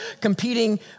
competing